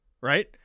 right